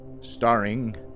Starring